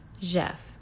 Jeff